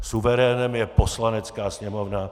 Suverénem je Poslanecká sněmovna.